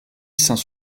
saint